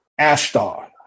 Ashtar